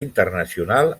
internacional